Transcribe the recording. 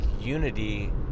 unity